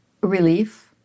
relief